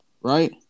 right